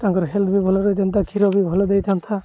ତାଙ୍କର ହେଲ୍ଥ ବି ଭଲରହିଥାନ୍ତା କ୍ଷୀର ବି ଭଲ ଦେଇଥାନ୍ତା